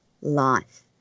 life